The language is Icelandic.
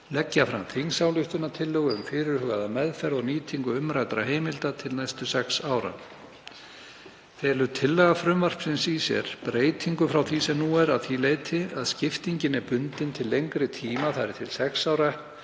leggja fram þingsályktunartillögu um fyrirhugaða meðferð og nýtingu umræddra heimilda til næstu sex ára. Felur tillaga frumvarpsins í sér breytingu frá því sem nú er að því leyti að skiptingin er bundin til lengri tíma, þ.e. til sex ára